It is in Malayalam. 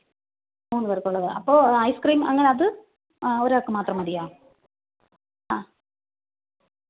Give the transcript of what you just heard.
മൂന്നുപേർക്കുള്ളത് അപ്പോൾ ഐസ് ക്രീം അങ്ങനത് ആ ഒരാൾക്കു മാത്രം മതിയോ ആ